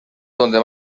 donde